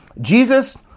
Jesus